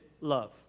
love